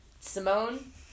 Simone